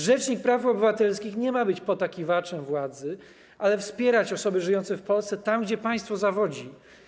Rzecznik praw obywatelskich nie ma być potakiwaczem władzy, ale wspierać osoby żyjące w Polsce tam, gdzie państwo zawodzi.